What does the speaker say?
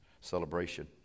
celebration